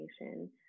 information